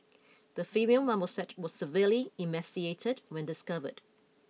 the female marmoset was severely emaciated when discovered